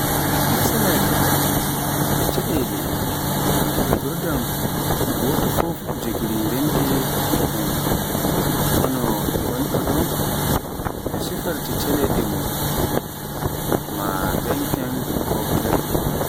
Matsalaaji e caɗeele ko geɗe nguurndam, gooto fof ina jogori reende ɗum en, kono gannduɗo no safrirta caɗeele mum maa dañ heen fooftere.